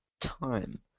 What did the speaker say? time